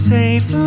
safe